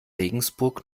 regensburg